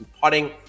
putting